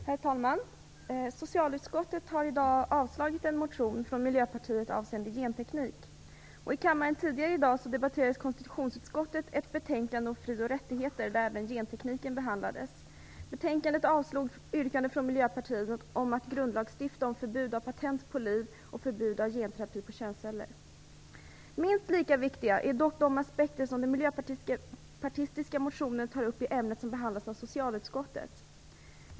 Herr talman! Socialutskottet har i dag avstyrkt en motion från Miljöpartiet avseende genteknik. I kammaren tidigare i dag debatterades konstitutionsutskottets betänkande om fri och rättigheter där även gentekniken behandlades. I betänkandet avstyrktes förslag från Miljöpartiet om att grundlagstifta om förbud mot patent på liv och förbud mot genterapi på könsceller. Minst lika viktiga är dock de aspekter som den miljöpartistiska motionen tar upp i ämnet och som behandlas i socialutskottet.